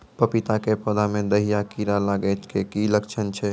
पपीता के पौधा मे दहिया कीड़ा लागे के की लक्छण छै?